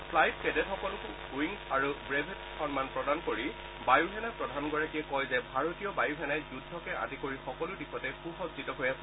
flight কেডেটসকলকো wings আৰু brevets সন্মান প্ৰদান কৰি বায়ুসেনা প্ৰধানগৰাকীয়ে কয় যে ভাৰতীয় বায়ুসেনাই যুদ্ধকে আদি কৰি সকলো দিশতে সুসজ্জিত হৈ আছে